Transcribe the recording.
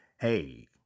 Hey